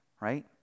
Right